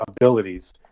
abilities